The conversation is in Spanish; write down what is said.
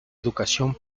educación